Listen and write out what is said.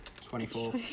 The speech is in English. Twenty-four